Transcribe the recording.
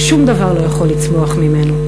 שום דבר לא יכול לצמוח ממנו.